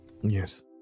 Yes